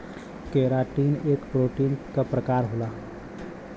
keratin एक protein क प्रकार होला